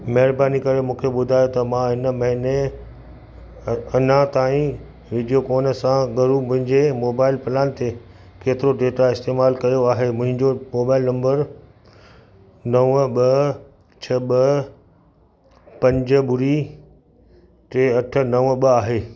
महिरबानी करे मूंखे ॿुधायो त मां हिन महीने अॼु अञा ताईं वीडियोकॉन सां गरू मुंहिंजे मोबाइल प्लान ते केतिरो डेटा इस्तेमालु कयो आहे मुंहिंजो मोबाइल नंबर नव ॿ छह ॿ पंज ॿुड़ी टे अठ नव ॿ आहे